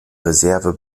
reserve